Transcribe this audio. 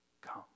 come